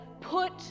put